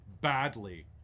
badly